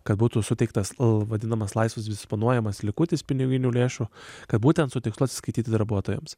kad būtų suteiktas vadinamas laisvai disponuojamas likutis piniginių lėšų kad būtent su tikslu atsiskaityti darbuotojams